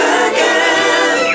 again